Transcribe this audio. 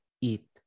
eat